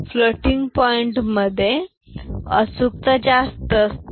floating point मधे अचूकता जास्त असते